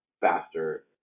faster